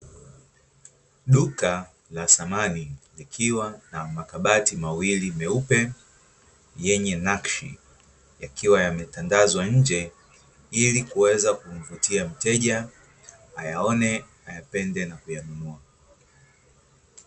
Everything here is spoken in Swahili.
Duka la samani likiwa na makabati mawili meupe yenye nakshi, yakiwa yametandazwa nje ili kuweza kumvutia mteja, ayaone, ayapende, na kuyanunua.